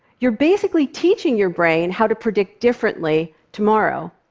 you're basically teaching your brain how to predict differently tomorrow,